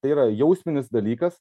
tai yra jausminis dalykas